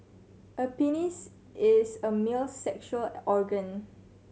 a penis is a male's sexual organ